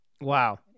Wow